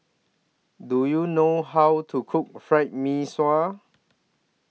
Do YOU know How to Cook Fried Mee Sua